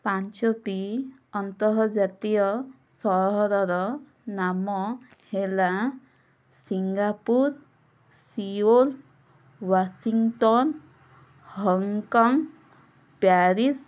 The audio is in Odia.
ପାଞ୍ଚଟି ଆନ୍ତର୍ଜାତୀୟ ସହରର ନାମ ହେଲା Singapore Seoul Washington Hong Kong Paris